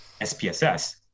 SPSS